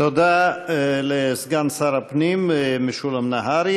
תודה לסגן שר הפנים משולם נהרי.